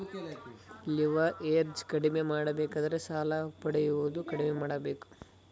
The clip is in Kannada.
ಲಿವರ್ಏಜ್ ಕಡಿಮೆ ಮಾಡಬೇಕಾದರೆ ಸಾಲ ಪಡೆಯುವುದು ಕಡಿಮೆ ಮಾಡಬೇಕು